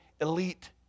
elite